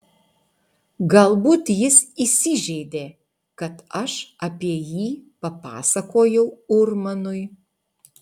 galbūt jis įsižeidė kad aš apie jį papasakojau urmanui